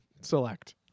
Select